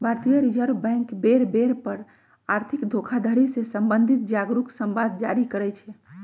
भारतीय reserve bank बेर बेर पर आर्थिक धोखाधड़ी से सम्बंधित जागरू समाद जारी करइ छै